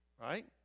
Right